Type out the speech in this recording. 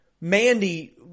Mandy